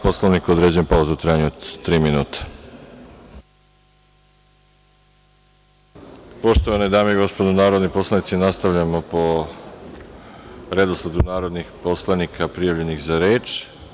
Poslovnika određujem pauzu u trajanju od tri minuta. [[Posle pauze.]] Poštovane dame i gospodo narodni poslanici, nastavljamo po redosledu narodnih poslanika prijavljenih za reč.